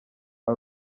ari